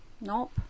no